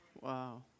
Wow